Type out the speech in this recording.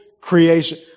creation